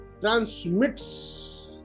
transmits